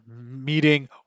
meeting